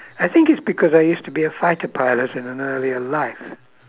I think it's because I used to be a fighter pilot in another real life